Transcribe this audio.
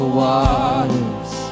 waters